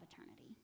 eternity